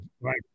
right